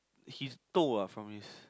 he is toh ah from his